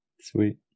Sweet